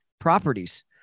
properties